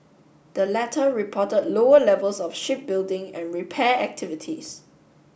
the latter reported lower levels of shipbuilding and repair activities